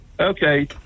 okay